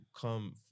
come